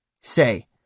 Say